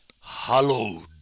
hallowed